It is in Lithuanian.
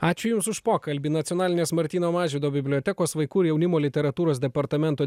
ačiū jums už pokalbį nacionalinės martyno mažvydo bibliotekos vaikų ir jaunimo literatūros departamento